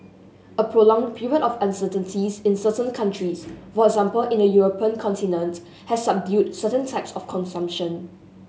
a prolonged period of uncertainties in certain countries for example in the European continent has subdued certain types of consumption